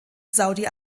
saudi